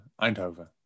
Eindhoven